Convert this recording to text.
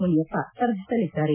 ಮುನಿಯಪ್ಪ ಸ್ಪರ್ಧಿಸಲಿದ್ದಾರೆ